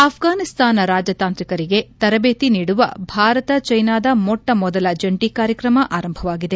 ಆಫ್ತಾನಿಸ್ತಾನ ರಾಜತಾಂತ್ರಿಕರಿಗೆ ತರಬೇತಿ ನೀಡುವ ಭಾರತ ಚೈನಾದ ಮೊಟ್ಟಮೊದಲ ಜಂಟಿ ಕಾರ್ಯಕ್ರಮ ಆರಂಭವಾಗಿದೆ